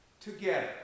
together